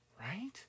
Right